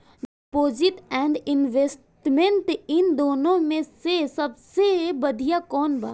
Deposit and investment इन दुनो मे से सबसे बड़िया कौन बा?